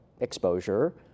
exposure